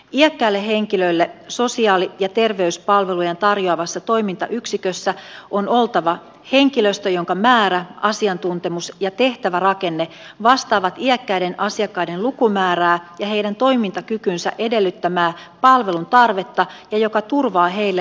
iäkkäälle henkilölle sosiaali ja terveyspalveluja tarjoavassa toimintayksikössä on oltava henkilöstö jonka määrä asiantuntemus ja tehtävärakenne vastaavat iäkkäiden asiakkaiden lukumäärää ja heidän toimintakykynsä edellyttämää palveluntarvetta ja joka turvaa heille laadukkaat palvelut